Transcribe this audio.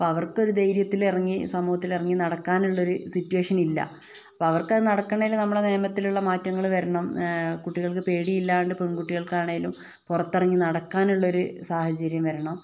അപ്പൊൾ അവർക്കൊരു ധൈര്യത്തിലിറങ്ങി സമൂഹത്തിൽ ഇറങ്ങി നടക്കാനുള്ളൊരു സിറ്റുവേഷൻ ഇല്ല അപ്പൊൾ അവർക്കത് നടക്കണേല് നമ്മുടെ നിയമത്തിലുള്ള മാറ്റങ്ങള് വരണം കുട്ടികൾക്ക് പേടി ഇല്ലാണ്ട് പെണ്കുട്ടികൾക്കാണെലും പുറത്തിറങ്ങി നടക്കാനുള്ളൊരു സാഹചര്യം വരണം